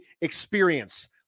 experience